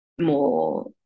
more